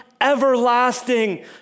everlasting